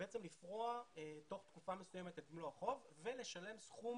לפרוע תוך תקופה מסוימת את מלוא החוב ולשלם סכום